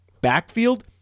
backfield